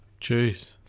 Jeez